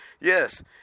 yes